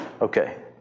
okay